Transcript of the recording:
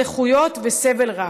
נכויות וסבל רב.